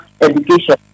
education